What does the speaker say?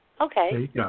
okay